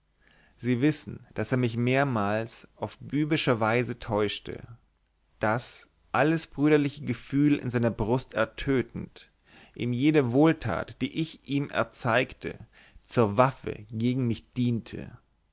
sie wissen daß er mich mehrmals auf bübische weise täuschte daß alles brüderliche gefühl in seiner brust ertötend ihm jede wohltat die ich ihm erzeigte zur waffe gegen mich diente